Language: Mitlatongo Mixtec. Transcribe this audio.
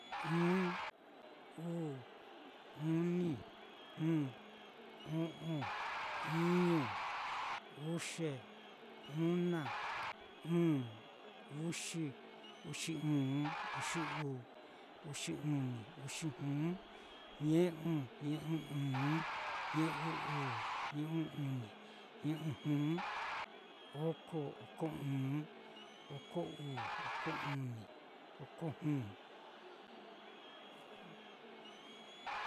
Ɨ́ɨ́n, uu, uni, juu, o'on, iñu, uxie, una, ɨ̄ɨ̱n, uxi, uxi ɨ́ɨ́nv ixi uu, uxi uni, uxi juu, ñe'u, ñe'u ɨ́ɨ́n, ñe'u uu, ñe'u uni, ñe'u juu, oko, oko ɨ́ɨ́n, oko uu, oko uni, oko juu.